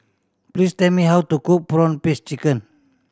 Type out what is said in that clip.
please tell me how to cook prawn paste chicken